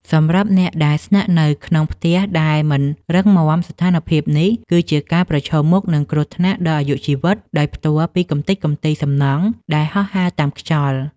សម្រាប់អ្នកដែលស្នាក់នៅក្នុងផ្ទះដែលមិនរឹងមាំ ស្ថានភាពនេះគឺជាការប្រឈមមុខនឹងគ្រោះថ្នាក់ដល់អាយុជីវិតដោយផ្ទាល់ពីកម្ទេចកម្ទីសំណង់ដែលហោះហើរតាមខ្យល់។